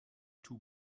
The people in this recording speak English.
too